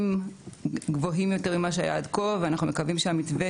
משאבים גבוהים יותר ממה שהיה עד כה ואנחנו מקווים שהמתווה